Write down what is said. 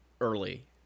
early